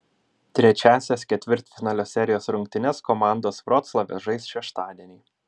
trečiąsias ketvirtfinalio serijos rungtynes komandos vroclave žais šeštadienį